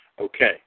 Okay